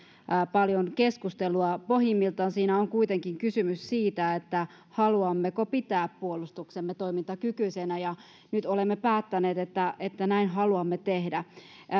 paljon keskustelua pohjimmiltaan siinä on kuitenkin kysymys siitä haluammeko pitää puolustuksemme toimintakykyisenä ja nyt olemme päättäneet että että näin haluamme tehdä